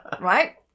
right